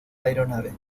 aeronave